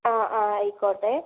ആ ആ ആയിക്കോട്ടെ